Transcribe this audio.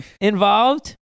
involved